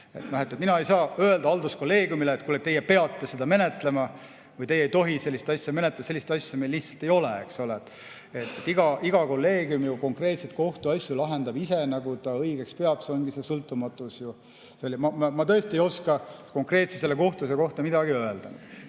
Mina ei saa öelda halduskolleegiumile, et teie peate seda menetlema või te ei tohi sellist asja menetleda. Sellist asja meil lihtsalt ei ole. Iga kolleegium lahendab konkreetseid kohtuasju ise, nagu ta õigeks peab, see ongi see sõltumatus. Ma tõesti ei oska konkreetselt selle kohtuasja kohta midagi öelda,